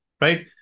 right